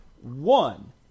One